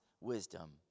wisdom